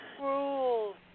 rules